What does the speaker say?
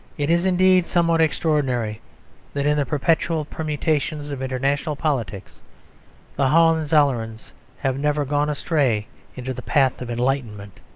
it is indeed somewhat extraordinary that in the perpetual permutations of international politics the hohenzollerns have never gone astray into the path of enlightenment.